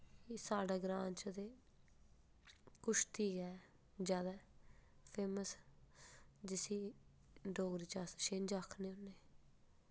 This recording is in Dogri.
एह् साढ़े ग्रांऽ च ते कुश्ती ऐ जैदा फेमस जिस्सी डोगरी च अस छिंज आखदे होन्ने